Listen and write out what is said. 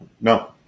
No